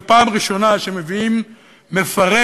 זו פעם ראשונה שמביאים מפרק,